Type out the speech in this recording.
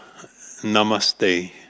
namaste